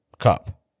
cup